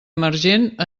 emergent